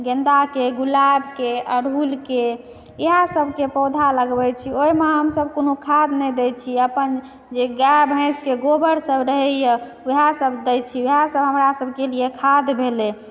गेन्दाके गुलाबके अड़हुलके इएह सबके पौधा लगबै छी ओहिमे हमसब कोनो खाद नहि दै छी अपन जे गाए भैंसके गोबर सब रहैया वएह सब दै छी वएह सब हमरा सबके लिए खाद भेलै